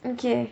okay